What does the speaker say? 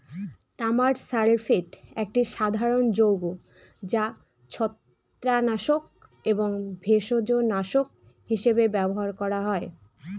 তামার সালফেট একটি সাধারণ যৌগ যা ছত্রাকনাশক এবং ভেষজনাশক হিসাবে ব্যবহার করা হয়